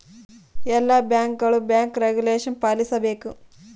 ಎಲ್ಲ ಬ್ಯಾಂಕ್ಗಳು bank regulation ಪಾಲಿಸಬೇಕು